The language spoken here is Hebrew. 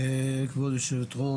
כבוד היו"ר,